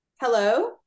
Hello